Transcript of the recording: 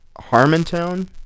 Harmontown